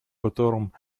котором